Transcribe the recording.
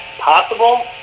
possible